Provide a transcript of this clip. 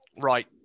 Right